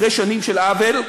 אחרי שנים של עוול,